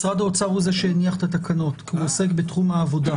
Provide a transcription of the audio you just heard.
משרד האוצר הוא זה שהניח את התקנות כי הוא עוסק בתחום העבודה.